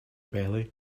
belly